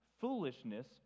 foolishness